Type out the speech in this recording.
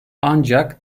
ancak